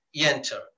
enter